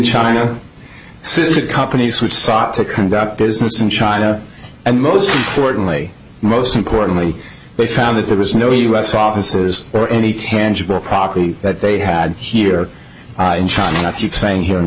china since it companies which sought to conduct business in china and most importantly most importantly they found that there was no us offices or any tangible property that they had here and trying to not keep saying here in